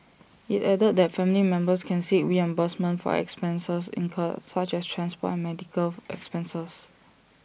IT added that family members can seek reimbursement for expenses incurred such as transport and medical expenses